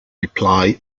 reply